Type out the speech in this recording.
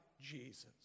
Jesus